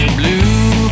blue